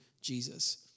Jesus